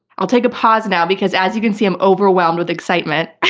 i'll take a pause now because as you can see i'm overwhelmed with excitement.